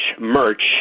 merch